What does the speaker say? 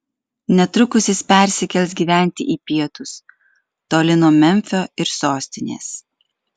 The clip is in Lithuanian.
netrukus jis persikels gyventi į pietus toli nuo memfio ir sostinės